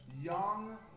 young